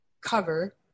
cover